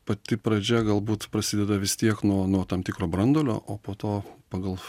pati pradžia galbūt prasideda vis tiek nuo nuo tam tikro branduolio o po to pagal